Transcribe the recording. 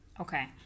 Okay